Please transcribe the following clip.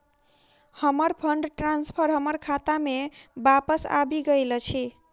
हमर fund transfer हमर खाता मे बापस आबि गइल अछि